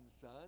Son